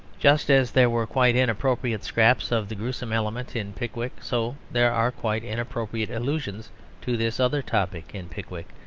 just as there were quite inappropriate scraps of the gruesome element in pickwick, so there are quite inappropriate allusions to this other topic in pickwick.